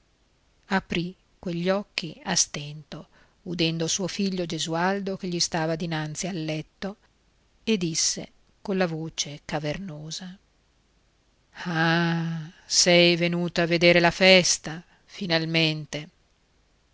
aprì quegli occhi a stento udendo suo figlio gesualdo che gli stava dinanzi al letto e disse colla voce cavernosa ah sei venuto a vedere la festa finalmente